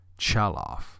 Chaloff